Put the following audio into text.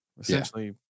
Essentially